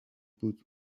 بود